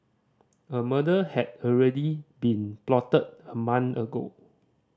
a murder had already been plotted a month ago